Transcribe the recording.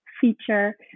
feature